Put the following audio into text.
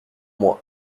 mois